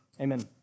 amen